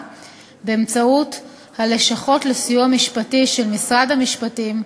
באמצעות הלשכות לסיוע משפטי של משרד המשפטים,